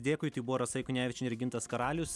dėkui tai buvo rasa juknevičienė ir gintas karalius